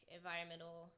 environmental